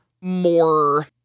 more